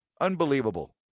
Unbelievable